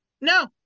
No